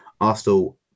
Arsenal